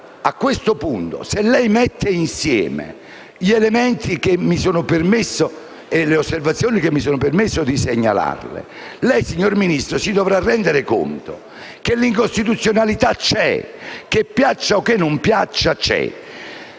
A questo punto, se mette insieme gli elementi e le osservazioni che mi sono permesso di segnalarle, signor Ministro, dovrà rendersi conto che l'incostituzionalità c'è, che piaccia o no. La